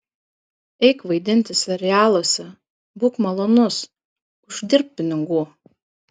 eik vaidinti serialuose būk malonus uždirbk pinigų